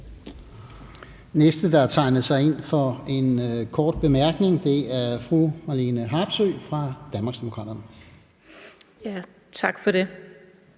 næste, der har tegnet sig ind for en kort bemærkning, er fru Marlene Harpsøe fra Danmarksdemokraterne. Kl. 13:48 Marlene